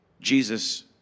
Jesus